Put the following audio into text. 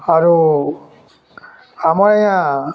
ଆରୁ ଆମର୍ ଆଜ୍ଞା